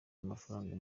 amafaranga